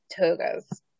togas